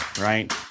right